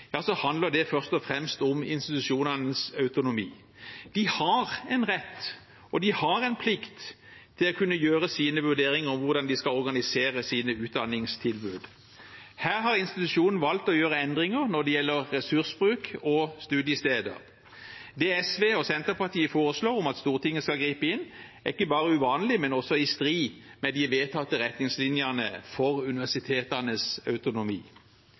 handler det først og fremst om institusjonenes autonomi. De har en rett og de har en plikt til å kunne gjøre sine vurderinger av hvordan de skal organisere sine utdanningstilbud. Her har institusjonen valgt å gjøre endringer når det gjelder ressursbruk og studiesteder. Det SV og Senterpartiet foreslår om at Stortinget skal gripe inn, er ikke bare uvanlig, men også i strid med de vedtatte retningslinjene for universitetenes autonomi.